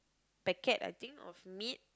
packet I think of meat